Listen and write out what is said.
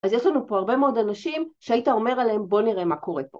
אז יש לנו פה הרבה מאוד אנשים שהיית אומר עליהם בוא נראה מה קורה פה